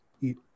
eat